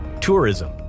Tourism